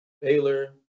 Baylor